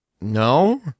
no